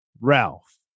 Ralph